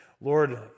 Lord